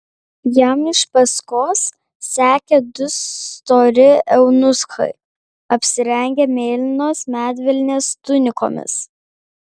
jam iš paskos sekė du stori eunuchai apsirengę mėlynos medvilnės tunikomis